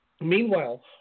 Meanwhile